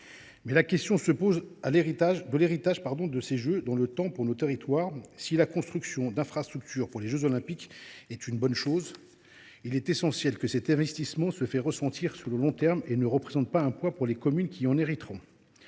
poser la question de l’héritage des Jeux dans le temps pour nos territoires. Si la construction d’infrastructures pour les jeux Olympiques est une bonne chose, il est essentiel que cet investissement se fasse ressentir sur le long terme et ne représente pas un poids pour les communes qui en hériteront.